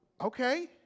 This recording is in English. Okay